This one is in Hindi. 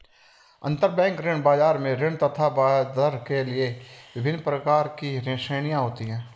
अंतरबैंक ऋण बाजार में ऋण तथा ब्याजदर के लिए विभिन्न प्रकार की श्रेणियां होती है